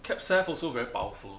also very powerful